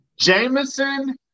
Jameson